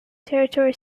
territory